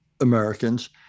Americans